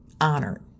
honored